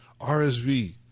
RSV